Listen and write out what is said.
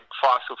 fossil